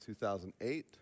2008